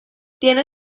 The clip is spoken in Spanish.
tiene